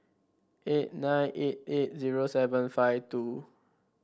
eight nine eight eight zero seven five two